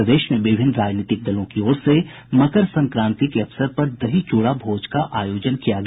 प्रदेश में विभिन्न राजनीतिक दलों की ओर से मकर संक्रांति के अवसर पर दही चूड़ा भोज का आयोजन किया गया